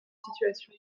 situation